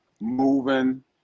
moving